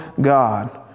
God